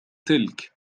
تلك